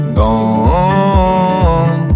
gone